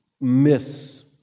miss